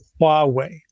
Huawei